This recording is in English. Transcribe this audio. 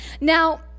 Now